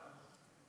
רגע,